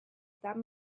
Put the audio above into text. that